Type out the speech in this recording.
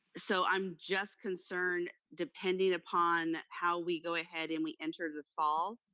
so i'm just concerned, depending upon how we go ahead and we enter the fall,